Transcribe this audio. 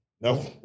no